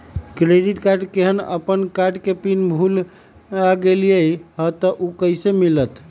Credit card केहन अपन card के पिन भुला गेलि ह त उ कईसे मिलत?